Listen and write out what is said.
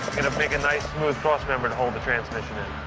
gonna make a nice smooth cross member to hold the transmission in.